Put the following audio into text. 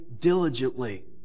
diligently